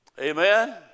Amen